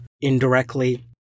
indirectly